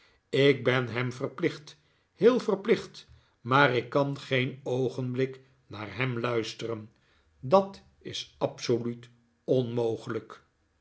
ik ben hem verplicht heel verplicht maar ik kan geen oogenblik naar hem luisteren dat is absoluut onmogelijk